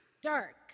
dark